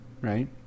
Right